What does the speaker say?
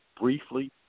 Briefly